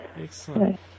excellent